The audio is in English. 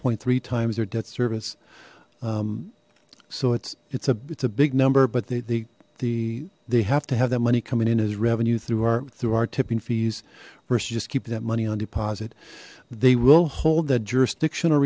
one three times their debt service so it's it's a it's a big number but they the they have to have that money coming in as revenue through our through our tipping fees versus just keeping that money on deposit they will hold that jurisdiction o